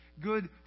good